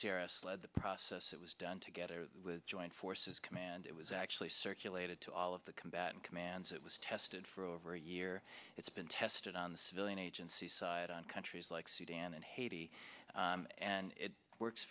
serious led the process it was done together with joint forces command it was actually circulated to all of the combatant commands it was tested for over a year it's been tested on the civilian agency side on countries like sudan and haiti and it works